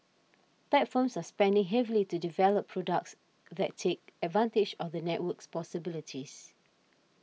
tech firms are spending heavily to develop products that take advantage of the network's possibilities